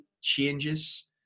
changes